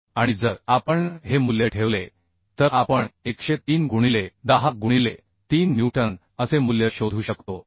आणि जर आपण हे मूल्य ठेवले तर आपण 103 गुणिले 10 गुणिले 3 न्यूटन असे मूल्य शोधू शकतो